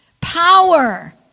Power